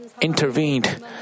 intervened